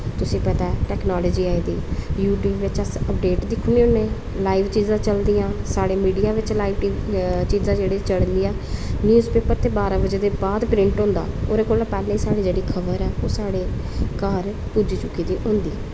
तुसेंगी पता ऐ टैक्नालजी आई दी यूटयूब पर अस अपडेट दिक्खने होन्न लाइव चीजां चलदियां साढ़े मीडिया च लाइव टी बी बिच्च चीजां जेह्ड़ियां चलदियां न्यूज पेपर ते बारां बजे दे बाद प्रिंट होंदा ओह्दे कोला पैह्लें साढ़ी जेह्ड़ी खबर ऐ साढ़े घर पुज्जी चुकी दी होंदी